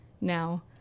now